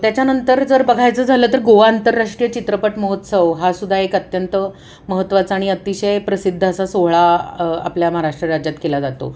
त्याच्यानंतर जर बघायचं झालं तर गोवा आंतरराष्ट्रीय चित्रपट महोत्सव हासुद्धा एक अत्यंत महत्त्वाचा आणि अतिशय प्रसिद्ध असा सोहळा आपल्या महाराष्ट्र राज्यात केला जातो